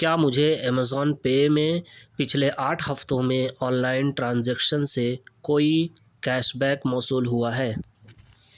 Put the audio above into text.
کیا مجھے Amazon Pay میں پچھلے آٹھ ہفتوں میں آن لائن ٹرانزیکشن سے کوئی کیش بیک موصول ہوا ہے